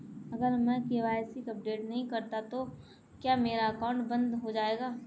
अगर मैं KYC update नहीं करता तो क्या मेरा अकाउंट बंद हो जाएगा?